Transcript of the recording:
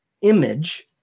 image